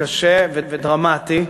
קשה ודרמטי,